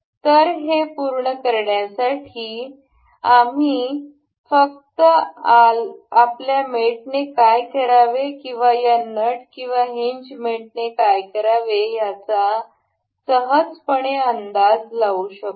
तर हे पूर्ण करण्यासाठी आम्ही फक्त आपल्या मेटने काय करावे किंवा या नट किंवा हिनज मेटने काय करावे याचा सहजपणे अंदाज लावू शकतो